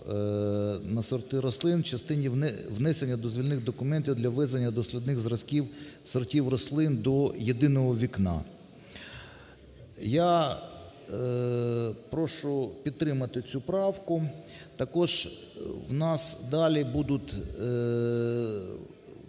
на сорти рослин" в частині внесення дозвільних документів для ввезення дослідних зразків сортів рослин до "єдиного вікна". Я прошу підтримати цю правку. Також у нас далі будуть